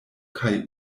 kaj